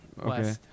okay